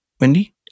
Wendy